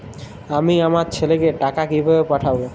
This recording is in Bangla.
আমি আমার ছেলেকে টাকা কিভাবে পাঠাব?